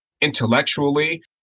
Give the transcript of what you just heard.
intellectually